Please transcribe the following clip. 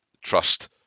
Trust